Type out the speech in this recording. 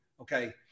Okay